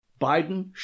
Biden